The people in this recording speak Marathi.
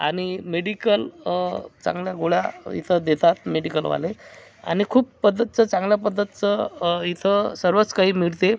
आणि मेडिकल चांगल्या गोळ्या इथं देतात मेडिकलवाले आणि खूप पद्धतचं चांगल्या पद्धतचं इथं सर्वच काही मिळते